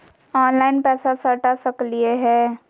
Online पैसा सटा सकलिय है?